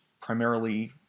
primarily